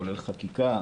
כולל חקיקה,